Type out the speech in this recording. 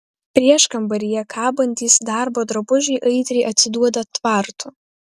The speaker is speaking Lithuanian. prieškambaryje kabantys darbo drabužiai aitriai atsiduoda tvartu